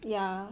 yeah